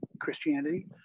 christianity